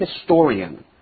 historian